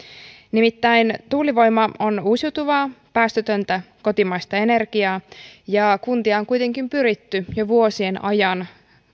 nimittäin tuulivoima on uusiutuvaa päästötöntä kotimaista energiaa ja kuntia on kuitenkin pyritty jo vuosien ajan